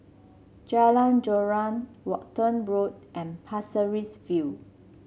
Jalan Joran Walton Road and Pasir Ris View